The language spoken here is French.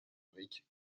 brique